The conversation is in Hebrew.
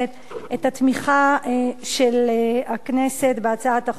את התמיכה של הכנסת בהצעת החוק הזאת.